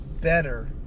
better